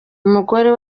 umugore